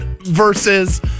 versus